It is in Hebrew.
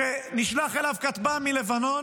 שנשלח אליו כטב"ם מלבנון,